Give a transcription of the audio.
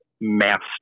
Master